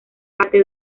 arte